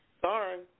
Sorry